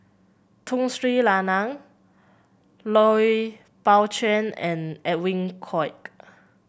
Tun Sri Lanang Lui Pao Chuen and Edwin Koek